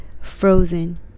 frozen